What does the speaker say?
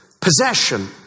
possession